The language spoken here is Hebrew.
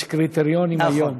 יש קריטריונים היום.